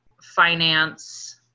finance